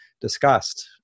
discussed